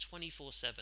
24-7